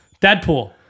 Deadpool